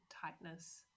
tightness